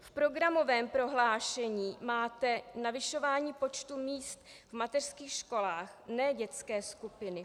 V programovém prohlášení máte navyšování počtu míst v mateřských školách, ne dětské skupiny.